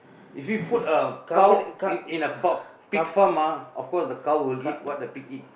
if you put a cow in in a pork pig farm ah of course the cow will eat what the pig eat